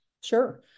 Sure